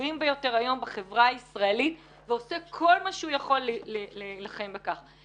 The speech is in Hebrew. החשובים ביותר היום בחברה הישראלית ועושה כל מה שהוא יכול להילחם בכך.